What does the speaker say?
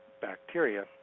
bacteria